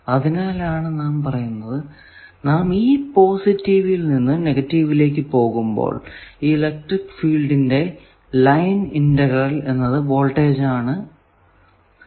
അതിനാലാണ് പോസിറ്റീവിൽ നിന്നും നെഗറ്റീവിലേക്കു പോകുമ്പോൾ ഈ ഇലക്ട്രിക്ക് ഫീൽഡിന്റെ ലൈൻ ഇന്റഗ്രൽ എന്നത് വോൾടേജ് ആണ് എന്ന് പറയുന്നത്